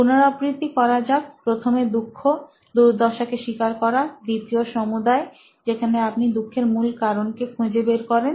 পুনরাবৃত্তি করা যাকপ্রথমে দুঃখ দুর্দশা কে স্বীকার করা দ্বিতীয় সমুদায় যেখানে আপনি দুঃখের মূল কারণ কে খুঁজে বের করেন